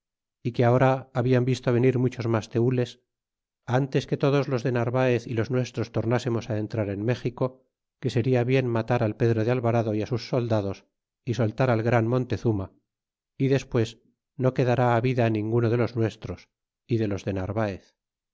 é que ahora habian visto venir muchos mas teules ntes que todos los de narvaez y los nuestros tornásemos á entrar en méxico que seria bien matar al pedro de alvarado y sus soldados y soltar al gran montezuma y despues no quedará vida ninguno de los nuestros é de los de narvaez